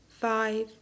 five